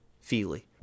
Feely